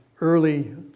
early